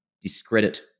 discredit